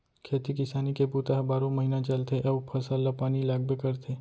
खेती किसानी के बूता ह बारो महिना चलथे अउ फसल ल पानी लागबे करथे